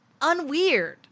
unweird